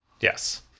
Yes